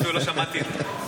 אפילו לא שמעתי את זה.